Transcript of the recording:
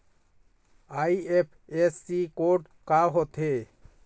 IFSC code का होथे?